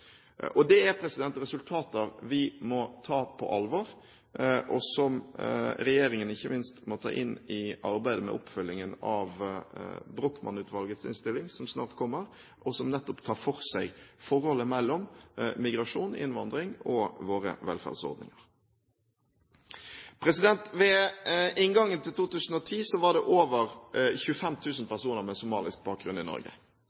er resultater vi må ta på alvor, og som regjeringen ikke minst må ta inn i arbeidet med oppfølgingen av Brochmann-utvalgets innstilling som snart kommer, som nettopp tar for seg forholdet mellom migrasjon, innvandring og våre velferdsordninger. Ved inngangen til 2010 var det over 25 000 med somalisk bakgrunn i Norge.